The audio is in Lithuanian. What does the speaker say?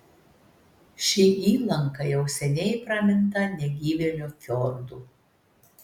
ši įlanka jau seniai praminta negyvėlio fjordu